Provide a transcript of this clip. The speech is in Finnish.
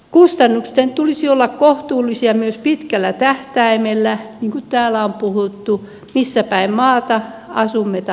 kustannusten tulisi olla kohtuullisia myös pitkällä tähtäimellä niin kuin täällä on puhuttu missäpäin maata asumme tai toimimme